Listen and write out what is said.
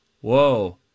Whoa